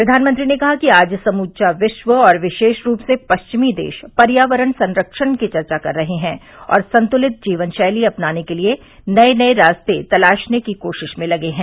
प्रवानमंत्री ने कहा कि आज समुवा विश्व और विशेष रूप से पश्चिमी देश पर्यावरण संरक्षण की चर्चा कर रहे हैं और संतुलित जीवनशैली अपनाने के लिए नए नए रास्ते तलाशने की कोशिश में लगे हैं